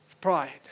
pride